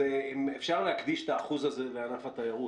נראה לי שאפשר איך שהוא להקדיש את האחוז הזה לענף התיירות.